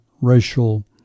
racial